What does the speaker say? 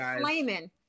flaming